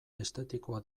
estetikoa